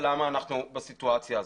אנחנו בסיטואציה הזאת.